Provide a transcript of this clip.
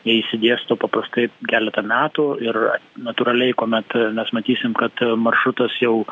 jie išsidėsto paprastai keletą metų ir natūraliai kuomet mes matysim kad maršrutas jau